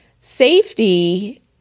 Safety